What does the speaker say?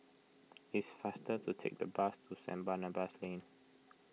it's faster to take the bus to St Barnabas Lane